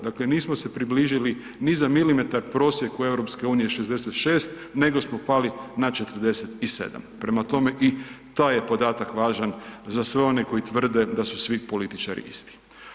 Dakle, nismo se približili ni za milimetar prosjeku EU-a, 66, nego smo pali na 47, prema tome i taj je podatak važan za sve one koji tvrde da su svi političari isti.